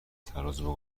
ترازو